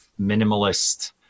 minimalist